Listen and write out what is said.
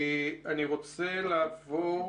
אני רוצה לעבור